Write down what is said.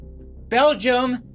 Belgium